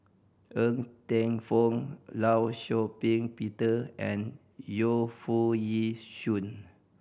Ng Teng Fong Law Shau Ping Peter and Yu Foo Yee Shoon